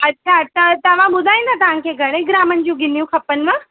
अच्छा अच्छा तव्हां ॿुधाईंदा तव्हांखे घणे ग्रामनि जी गेनियूं खपनव